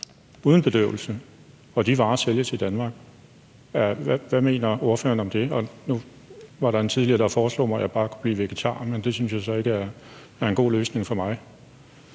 uden bedøvelse, og de varer sælges i Danmark. Hvad mener ordføreren om det? Nu var der en tidligere, der foreslog mig, at jeg bare kunne blive vegetar, men det synes jeg så ikke er en god løsning for mig.